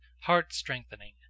Heart-strengthening